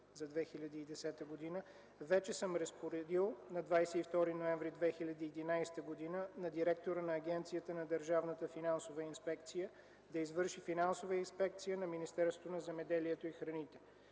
за 2010 г. вече съм разпоредил на 22 ноември 2011 г. на директора на Агенцията на Държавната финансова инспекция да извърши финансова инспекция на Министерството на земеделието и храните.